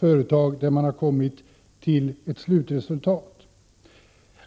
ärenden som man har kommit till ett slutresultat i.